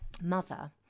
mother